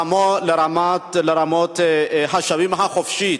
"רמות-השבים החופשית".